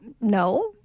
No